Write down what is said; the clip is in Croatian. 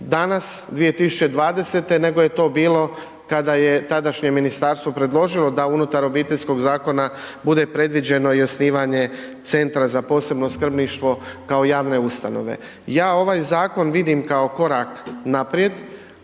danas 2020. nego je to bilo kada je tadašnje ministarstvo predložilo da unutar Obiteljskog zakona bude predviđeno i osnivanje Centra za posebno skrbništvo kao javne ustanove. Ja ovaj zakon vidim kao korak naprijed